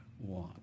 one